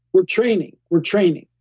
we're training, we're training,